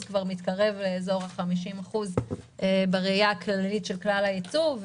כבר מתקרב לאזור 50% בראייה הכללית של כלל הייצוב,